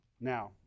Now